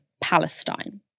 Palestine